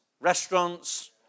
restaurants